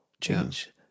change